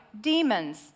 demons